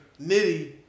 Nitty